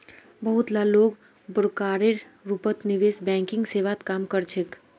बहुत ला लोग ब्रोकरेर रूपत निवेश बैंकिंग सेवात काम कर छेक